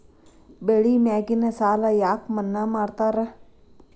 ಬೆಳಿ ಮ್ಯಾಗಿನ ಸಾಲ ಯಾಕ ಮನ್ನಾ ಮಾಡ್ತಾರ?